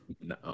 No